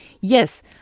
yes